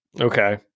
Okay